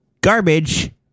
Garbage